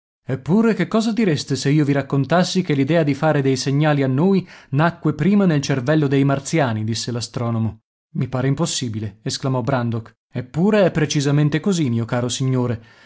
eppure che cosa direste se io vi raccontassi che l'idea di fare dei segnali a noi nacque prima nel cervello dei martiani disse l astronomo i pare impossibile esclamò brandok eppure è precisamente così mio caro signore